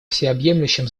всеобъемлющем